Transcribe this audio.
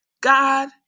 God